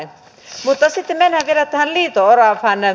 mutta sitten mennään vielä tähän liito oravaan